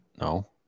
No